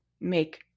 make